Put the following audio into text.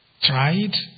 Tried